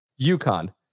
UConn